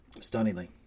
stunningly